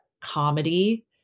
comedy